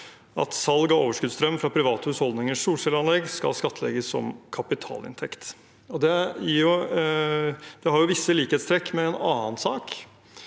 at salg av overskuddsstrøm fra private husholdningers solcelleanlegg skal skattlegges som kapitalinntekt. Det har visse likhetstrekk med en annen sak,